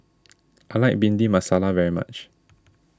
I like Bhindi Masala very much